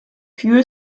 few